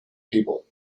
people